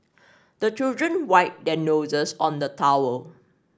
the children wipe their noses on the towel